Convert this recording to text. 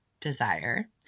desire